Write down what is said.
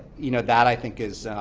you know that, i think, is